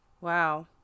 Wow